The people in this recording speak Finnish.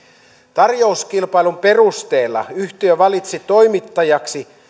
tarjouskilpailun perusteella yhtiö valitsi toimittajaksi